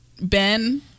Ben